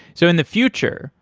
so in the future,